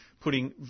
putting